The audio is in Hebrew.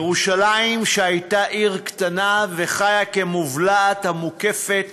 ירושלים שהייתה עיר קטנה וחיה כמובלעת מוקפת,